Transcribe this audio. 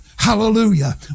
Hallelujah